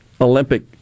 Olympic